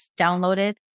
downloaded